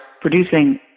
producing